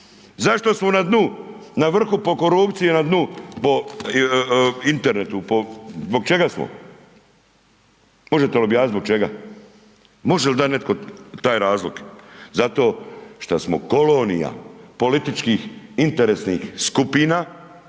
Zašto smo na dnu, na vrhu po korupciji, na dnu po internetu, zbog čega smo? Možete li objasniti zbog čega? Može li dati netko taj razlog? Zato što smo kolonija političkih interesnih skupina